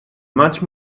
much